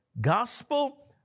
gospel